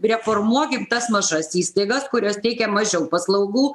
reformuokim tas mažas įstaigas kurios teikia mažiau paslaugų